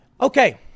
Okay